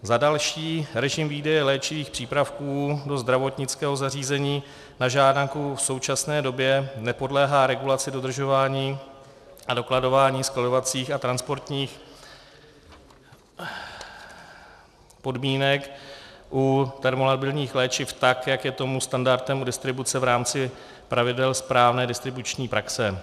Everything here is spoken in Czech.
Za další, režim výdeje léčivých přípravků do zdravotnického zařízení na žádanku v současné době nepodléhá regulaci dodržování a dokladování skladovacích a transportních podmínek u termolabilních léčiv tak, jak je tomu standardem u distribuce v rámci pravidel správné distribuční praxe.